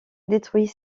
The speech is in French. détruit